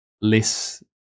less